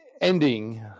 ending